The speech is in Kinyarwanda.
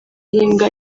imbwa